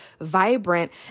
vibrant